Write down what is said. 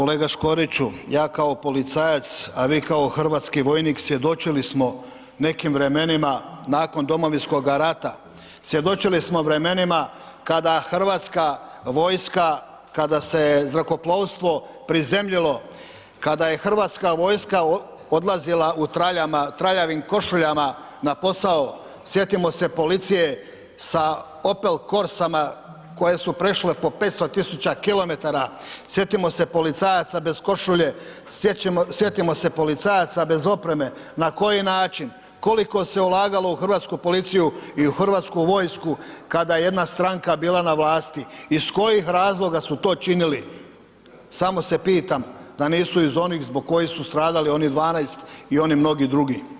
Kolega Škoriću, ja kao policajac, a vi kao hrvatski vojnik svjedočili smo nekim vremenima nakon Domovinskoga rata, svjedočili smo vremenima kada Hrvatska vojska, kada se zrakoplovstvo prizemljilo, kada je Hrvatska vojska odlazila u traljavim košuljama na posao, sjetimo se policije sa opel corsama koje su prešle po 500 000 km, sjetimo se policajaca bez košulje, sjetimo se policajaca bez opreme, na koji način, koliko se ulagalo u hrvatsku policiju i u Hrvatsku vojsku kada je jedna stranka bila na vlasti, iz kojih razloga su to činili samo se pitam da nisu iz onih zbog kojih su stradali onih 12 i oni mnogi drugi.